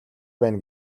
байна